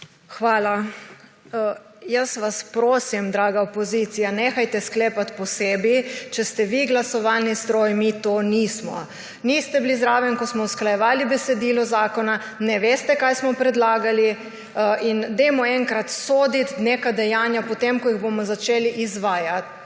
Hvala. Jaz vas prosim, draga opozicija, nehajte sklepati po sebi. Če ste vi glasovalni stroj, mi to nismo. Niste bili zraven ko smo usklajevali besedilo zakona, ne veste kaj smo predlagali. In dajmo enkrat soditi neka dejanja po tem ko jih bomo začeli izvajati.